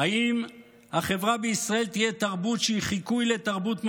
אם החברה בישראל תהיה תרבות שהיא חיקוי לתרבות מערבית,